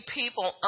people